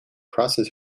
crosses